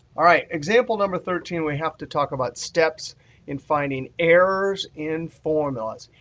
all right. example number thirteen, we have to talk about steps in finding errors in formulas.